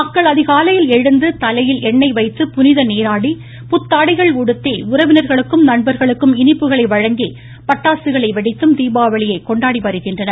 மக்கள் அதிகாலையில் எழுந்து தலையில் எண்ணெய் வைத்து புவித நீராடி புத்தாடைகள் உடுத்தி உறவினர்களுக்கும் நண்பர்களுக்கும் இனிப்புகளை வழங்கி பட்டாசுகளை வெடித்தும் தீபாவளியை கொண்டாடி வருகின்றனர்